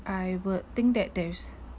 I would think that there is